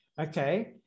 okay